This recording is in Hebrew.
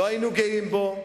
לא היינו גאים בו,